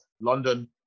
London